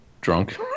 drunk